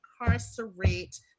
incarcerate